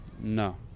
No